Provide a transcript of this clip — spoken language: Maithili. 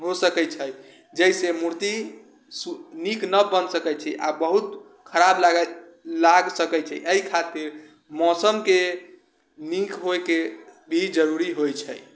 होइ सकै छै जाहिसँ मूर्ति नीक न बन सकै छै आ बहुत खराब लागै लागि सकै छै एहि खातिर मौसमके नीक होइके भी जरुरी होइ छै